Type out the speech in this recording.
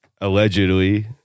allegedly